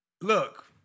Look